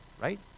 right